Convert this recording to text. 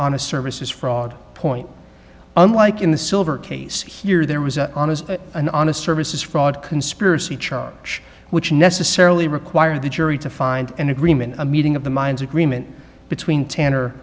a services fraud point unlike in the silver case here there was an honest and honest services fraud conspiracy charge which necessarily require the jury to find an agreement a meeting of the minds agreement between